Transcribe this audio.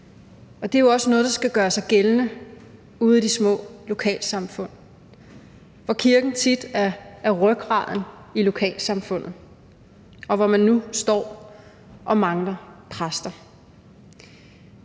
Og det er jo også noget, der skal gøre sig gældende ude i de små lokalsamfund, hvor kirken tit er rygraden i lokalsamfundet, og hvor man nu står og mangler præster.